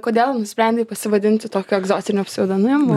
kodėl nusprendei pasivadinti tokiu egzotiniu pseudonimu